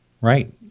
Right